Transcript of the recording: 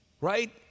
right